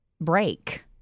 break